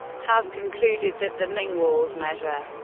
has concluded that the ming walls measure.